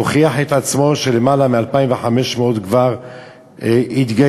מוכיחים את עצמם: למעלה מ-2,500 כבר התגייסו,